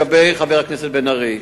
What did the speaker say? לשאלה של חבר הכנסת בן-ארי,